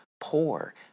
poor